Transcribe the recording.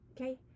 Okay